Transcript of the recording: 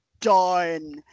done